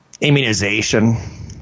Immunization